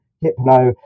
Hypno